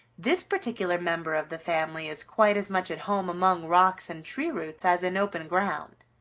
this particular member of the family is quite as much at home among rocks and tree roots as in open ground.